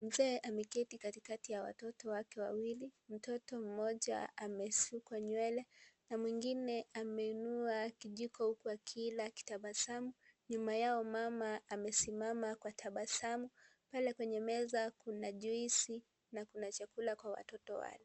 Mzee ameketi katikati ya watoto wake wawili. Mtoto mmoja amesukwa nywele na mwingine ameinua kijiko huku akila akitabasamu. Nyuma yao mama amesimama kwa tabasamu, pale kwenye meza kuna juisi, na kuna chakula kwa watoto wake.